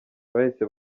bahise